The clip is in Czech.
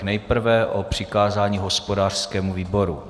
Nejprve o přikázání hospodářskému výboru.